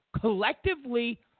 collectively